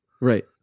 right